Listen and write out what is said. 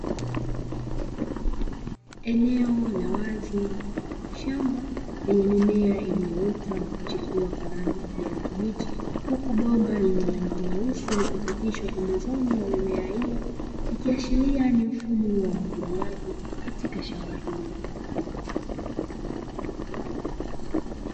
Eneo la wazi mfano wa shamba, lenye mimea iliyoota na kuchipua kwa rangi ya kijani kibichi, huku bomba lenye rangi nyeusi likipitishwa pembezoni mwa mimea hiyo, ikiashiria ni mfumo wa umwagiliaji katika shamba hilo.